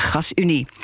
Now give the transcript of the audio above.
GasUnie